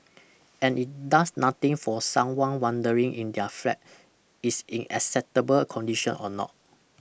and it does nothing for someone wondering in their flat is in acceptable condition or not